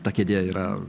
ta kėdė yra